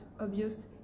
obvious